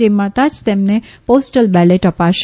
જે મળતા જ તેમને પોસ્ટલ બેલેટ અપાશે